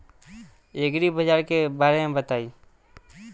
एग्रीबाजार के बारे में बताई?